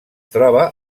troba